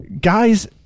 guys